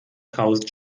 tausend